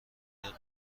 منتظر